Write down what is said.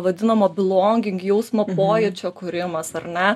vadinamo bloging jausmo pojūčio kūrimas ar ne